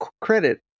credit